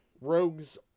rogues